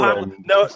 no